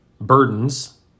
burdens